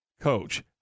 coach